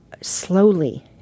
slowly